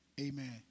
Amen